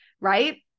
right